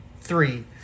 three